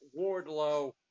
wardlow